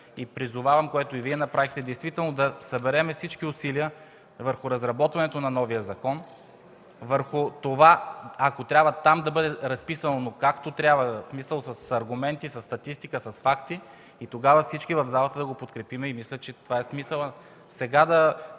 Призовавам, което направихте и Вие, действително да съберем всички усилия върху разработването на новия закон, върху това, ако трябва там да бъде разписано, но както трябва, в смисъл – с аргументи, със статистика, с факти, и тогава всички в залата да го подкрепим. Мисля, че това е смисълът. Сега да